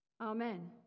Amen